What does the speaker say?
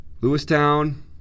Lewistown